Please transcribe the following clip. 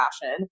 fashion